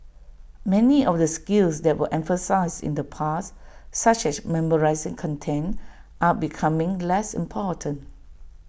many of the skills that were emphasised in the past such as memorising content are becoming less important